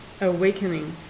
awakening